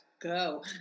go